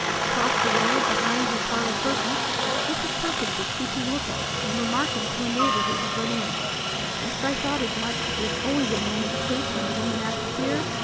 across the road behind her parlor curtains mrs. perkins was keeping lookout, and remarking to a neighbor who had run in yes, i thought as much. there's always a man in the case when a woman acts queer!